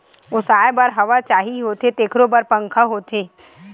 ओसाए बर हवा चाही होथे तेखरो बर पंखा होथे